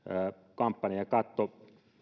kampanjakatto